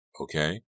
Okay